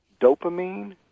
dopamine